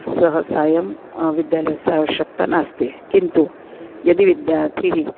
सः सायं विद्यालयस्य आवश्यक्ता नास्ति किन्तु यदि विद्यार्थी